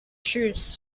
shoes